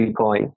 Bitcoin